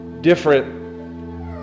Different